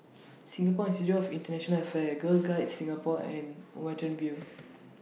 Singapore Institute of International Affairs Girl Guides Singapore and Watten View